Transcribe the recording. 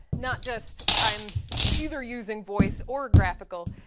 not just i'm either using voice or graphical,